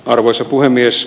arvoisa puhemies